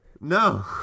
No